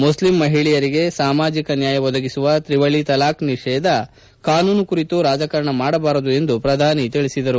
Muslim ಮಹಿಳೆಯರಿಗೆ ಸಾಮಾಜಿಕ ನ್ಯಾಯ ಒದಗಿಸುವ ತ್ರಿವಳಿ ತಲಾಖ್ ನಿಷೇಧ ಕಾನೂನು ಕುರಿತು ರಾಜಕಾರಣ ಮಾಡಬಾರದು ಎಂದು ಪ್ರಧಾನಿ ತಿಳಿಸಿದರು